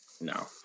No